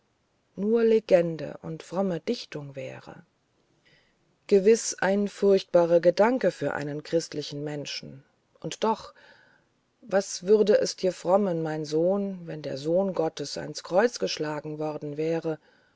nur legende und fromme dichtung wäre gewiß ein furchtbarer gedanke für einen christlichen menschen und doch was würde es dir frommen mein sohn wenn der sohn gottes ans kreuz geschlagen worden wäre